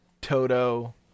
Toto